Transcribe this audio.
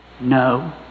No